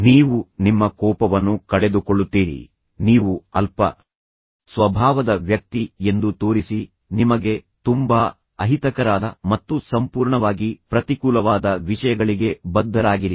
ನೀವು ನಿಮ್ಮ ಕೋಪವನ್ನು ಕಳೆದುಕೊಳ್ಳುತ್ತೀರಿ ನೀವು ಅಲ್ಪ ಸ್ವಭಾವದ ವ್ಯಕ್ತಿ ಎಂದು ತೋರಿಸಿ ನಿಮಗೆ ತುಂಬಾ ಅಹಿತಕರವಾದ ಮತ್ತು ಸಂಪೂರ್ಣವಾಗಿ ಪ್ರತಿಕೂಲವಾದ ವಿಷಯಗಳಿಗೆ ಬದ್ಧರಾಗಿರಿ